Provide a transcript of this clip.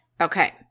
Okay